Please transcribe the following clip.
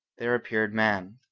there appeared man.